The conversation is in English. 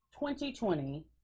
2020